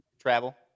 Travel